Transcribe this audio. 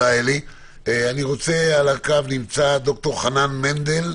אני רוצה לשמוע את ד"ר חנן מנדל,